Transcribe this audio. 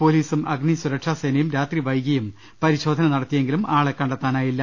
പൊലീസും അഗ്നി സുരക്ഷാ സേനയും രാത്രി വൈകിയും പരിശോധന നടത്തിയെങ്കിലും ആളെ കണ്ടെത്താ നായില്ല